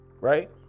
right